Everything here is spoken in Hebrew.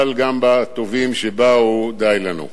אבל גם בטובים שבאו די לנו.